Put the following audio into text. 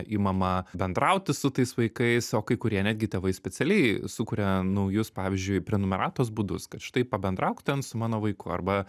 imama bendrauti su tais vaikais o kai kurie netgi tėvai specialiai sukuria naujus pavyzdžiui prenumeratos būdus kad štai pabendrauk ten su mano vaiku arba